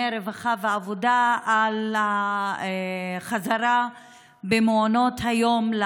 רווחה ועבודה על החזרה לעבודה במעונות היום.